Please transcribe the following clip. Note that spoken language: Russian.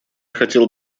хотел